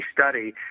study